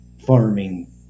farming